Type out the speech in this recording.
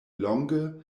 longe